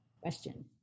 question